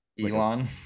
Elon